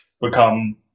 become